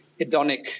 hedonic